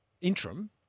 Interim